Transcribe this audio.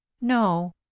No